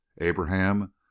ABRAHAM